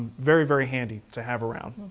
very, very handy to have around.